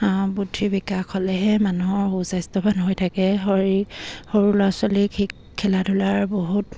বুদ্ধি বিকাশ হ'লেহে মানুহৰ সুস্বাস্থ্যৱান হৈ থাকে শৰীৰ সৰু ল'ৰা ছোৱালীক খেলা ধূলাৰ বহুত